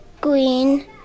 green